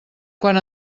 quan